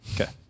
Okay